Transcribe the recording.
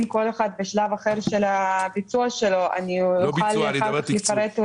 בגלל שאלה חמישה מרכזי טהרה, לרוב